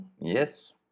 yes